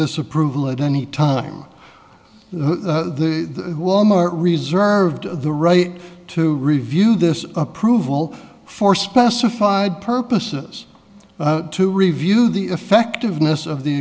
this approval at any time the walmart reserved the right to review this approval for specified purposes to review the effectiveness of the